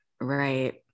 right